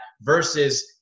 versus